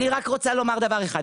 אני רק רוצה לומר דבר אחד,